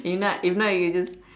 if not if not you just